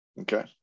Okay